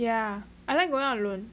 yeah I like going out alone